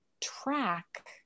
track